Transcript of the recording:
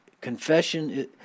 confession